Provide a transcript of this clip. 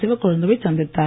சிவக்கொழுந்து வை சந்தித்தார்